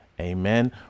amen